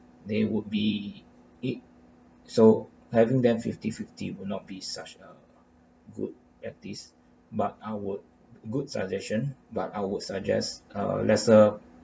they would be it so having them fifty fifty will not be such uh good at this but I would good suggestion but I would suggest uh lesser